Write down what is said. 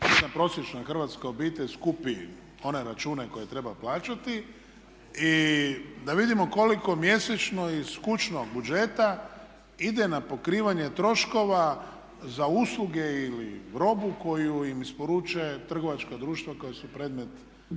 prosječna hrvatska obitelj skupi one račune koje treba plaćati i da vidimo koliko mjesečno iz kućnog budžeta ide na pokrivanje troškova za usluge ili robu koju im isporuče trgovačka društva koja su predmet